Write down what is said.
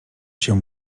się